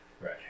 Right